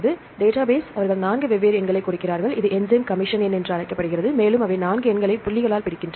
எனவே டேட்டாபேஸ் அவர்கள் 4 வெவ்வேறு எண்களைக் கொடுக்கிறார்கள் இது என்சைம் கமிஷன் எண் என்று அழைக்கப்படுகிறது மேலும் அவை 4 எண்களை புள்ளிகளால் பிரிக்கின்றன